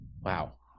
wow